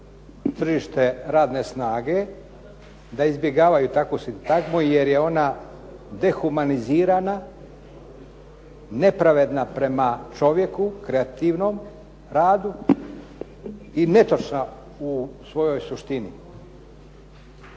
tržište radne snage da izbjegavaju takvo jer je ona dehumanizirana, nepravedna prema čovjeku, kreativnom radu i netočna u svojoj suštini.